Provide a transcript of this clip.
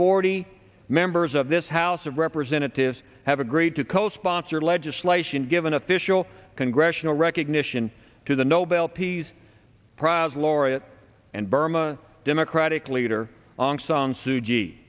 forty members of this house of representatives have agreed to co sponsor legislation give an official congressional recognition to the nobel peace prize laureate and burma democratic leader